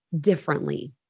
differently